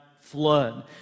flood